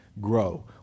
Grow